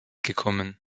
gekommen